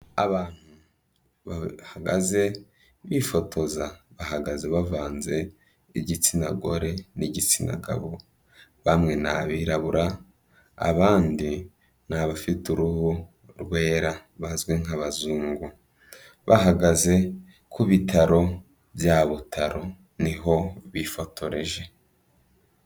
Abantu bahagaze bifotoza bahagaze bavanze b'igitsina gore n'igitsina gabo, bamwe ni abirabura, abandi ni abafite uruhu rwera bazwi nk'abazungu, bahagaze ku bitaro bya Butaro niho bifotoreje.